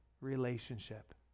relationship